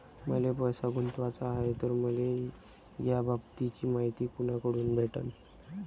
मले पैसा गुंतवाचा हाय तर मले याबाबतीची मायती कुनाकडून भेटन?